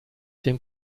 dem